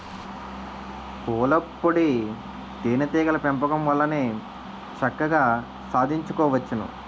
పూలపుప్పొడి తేనే టీగల పెంపకం వల్లనే చక్కగా సాధించుకోవచ్చును